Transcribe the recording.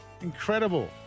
Incredible